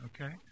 Okay